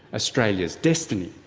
australia's destiny.